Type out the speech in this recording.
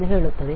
ಎಂದು ಹೇಳುತ್ತದೆ